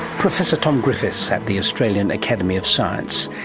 professor tom griffiths at the australian academy of science.